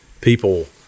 people